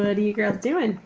and and you girls doin'?